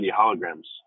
holograms